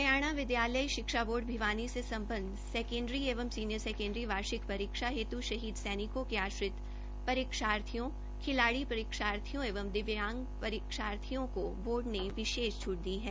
हरियाणा विद्यालय शिक्षा बोर्डभिवानी से संबद्ध सैकेण्डरी एवं सीनियर सैकेण्डरी वार्षिक परीक्षा हेतु शहीद सैनिकों के आश्रित परीक्षार्थियों खिलाड़ी परीक्षार्थियों एवं दिव्यांग परीक्षार्थियों को बोर्ड ने विशेष छूट दी है